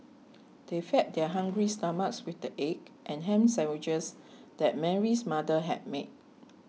they fed their hungry stomachs with the egg and ham sandwiches that Mary's mother had made